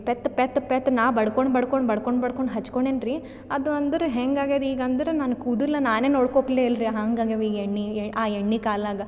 ಪೆತ್ ಪೆತ್ ಪೆತ್ ನಾ ಬಡ್ಕೊಂಡು ಬಡ್ಕೊಂಡು ಬಡ್ಕೊಂಡು ಬಡ್ಕೊಂಡು ಹಚ್ಕೊಂಡಿನ್ರಿ ಅದು ಅಂದ್ರೆ ಹೆಂಗಾಗ್ಯದೆ ಈಗ ಅಂದ್ರೆ ನನ್ನ ಕೂದಲು ನಾನೇ ನೋಡಿಕೊತ್ಲೆ ಇಲ್ರಿ ಹಂಗಾಗ್ಯಾವ ಈಗ ಎಣ್ಣೆ ಆ ಎಣ್ಣೆ ಕಾಲಾಗ